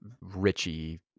Richie